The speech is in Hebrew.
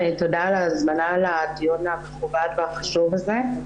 תודה על ההזמנה לדיון המכובד והחשוב הזה.